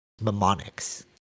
mnemonics